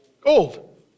gold